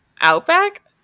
Outback